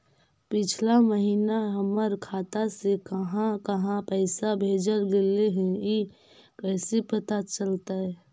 पिछला महिना हमर खाता से काहां काहां पैसा भेजल गेले हे इ कैसे पता चलतै?